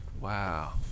Wow